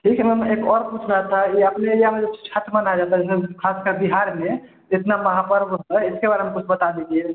ठीक है मैम एक और कुछ रहता है ये अपने एरिया में छठ मनाया जाता है जैसे ख़ास कर बिहार में इतना महापर्व होता है इसके बारे में कुछ बता दीजिए